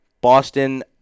Boston